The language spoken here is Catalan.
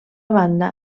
banda